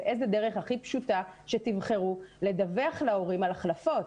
באיזה דרך הכי פשוטה שתבחרו לדווח להורים על החלפות.